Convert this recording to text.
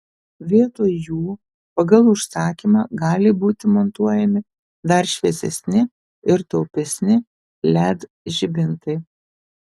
vietoj jų pagal užsakymą gali būti montuojami dar šviesesni ir taupesni led žibintai